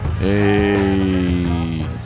Hey